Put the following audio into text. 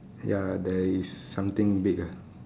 ya there is something big ah